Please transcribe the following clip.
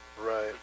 Right